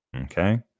Okay